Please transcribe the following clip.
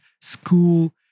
school